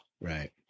Right